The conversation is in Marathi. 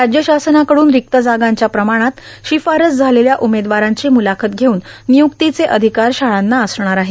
राज्य शासनाकडून र्परक्त जागांच्या प्रमाणात शिफारस झालेल्या उमेदवारांची मुलाखत घेऊन र्मनय्क्तीचे र्अाधकार शाळांना असणार आहेत